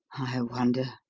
i wonder,